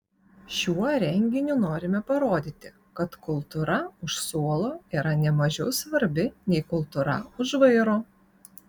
šiuo renginiu norime parodyti kad kultūra už suolo yra ne mažiau svarbi nei kultūra už vairo